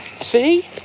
See